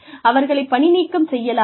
அவர்களை பணிநீக்கம் செய்யலாமா